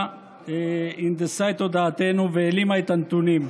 הנדסה את תודעתנו והעלימה את הנתונים.